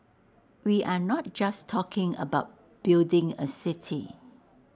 we are not just talking about building A city